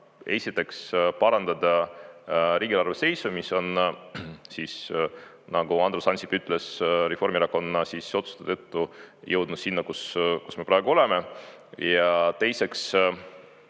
esiteks parandada riigieelarve seisu, mis on siis, nagu Andrus Ansip ütles, Reformierakonna otsuste tõttu jõudnud sinna, kus me praegu oleme. Ja teiseks,